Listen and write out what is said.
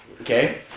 okay